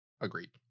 Agreed